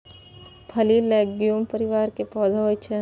फली लैग्यूम परिवार के पौधा होइ छै